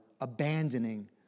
abandoning